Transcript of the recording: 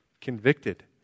convicted